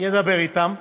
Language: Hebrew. ידבר אתם.